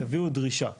יביאו דרישה בהלימה,